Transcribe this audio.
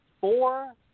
four